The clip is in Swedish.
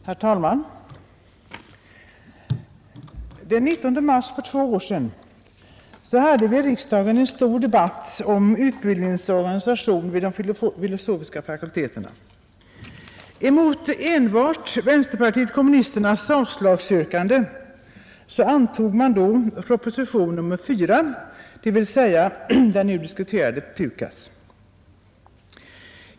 Herr talman! Den 19 mars för två år sedan hade vi i riksdagen en stor debatt om utbildningens organisation vid de filosofiska fakulteterna. Emot enbart vänsterpartiet kommunisternas avslagsyrkande antog riksdagen då proposition nr 4, dvs. den nu diskuterade PUKAS.